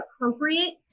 appropriate